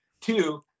Two